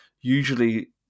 Usually